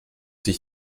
sich